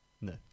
no